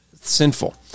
sinful